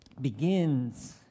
begins